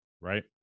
right